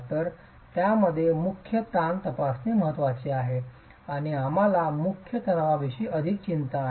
तर यामध्ये मुख्य ताण तपासणे महत्वाचे आहे आणि आम्हाला मुख्य तणावाविषयी अधिक चिंता आहे